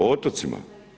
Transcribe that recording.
O otocima?